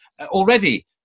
already